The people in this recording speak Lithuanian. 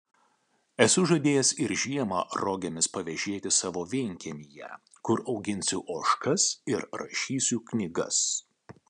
esu žadėjęs ir žiemą rogėmis pavėžėti savo vienkiemyje kur auginsiu ožkas ir rašysiu knygas